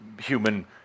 human